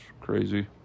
crazy